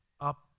up